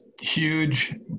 huge